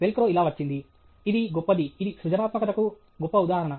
velcro ఇలా వచ్చింది ఇది గొప్పది ఇది సృజనాత్మకతకు గొప్ప ఉదాహరణ